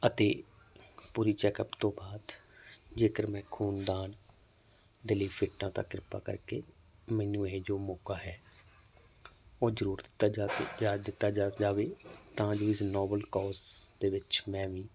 ਅਤੇ ਪੂਰੀ ਚੈਕਅਪ ਤੋਂ ਬਾਅਦ ਜੇਕਰ ਮੈਂ ਖੂਨਦਾਨ ਦੇ ਲਈ ਫਿਟ ਹਾਂ ਤਾਂ ਕਿਰਪਾ ਕਰਕੇ ਮੈਨੂੰ ਇਹ ਜੋ ਮੌਕਾ ਹੈ ਉਹ ਜ਼ਰੂਰ ਦਿੱਤਾ ਜਾਵੇ ਦਿੱਤਾ ਜਾ ਜਾਵੇ ਤਾਂ ਹੀ ਇਸ ਨੋਬਲ ਕੋਜ਼ ਦੇ ਵਿੱਚ ਮੈਂ ਵੀ